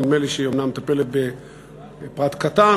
נדמה לי שהיא אומנם מטפלת בפרט קטן,